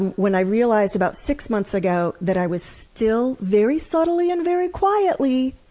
when i realized about six months ago that i was still very subtly and very quietly!